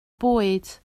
bwyd